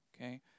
Okay